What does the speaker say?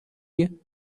you